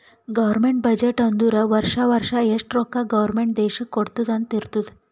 government budget ಅಂದುರ್ ವರ್ಷಾ ವರ್ಷಾ ಎಷ್ಟ ರೊಕ್ಕಾ ಗೌರ್ಮೆಂಟ್ ದೇಶ್ಕ್ ಕೊಡ್ತುದ್ ಅಂತ್ ಇರ್ತುದ್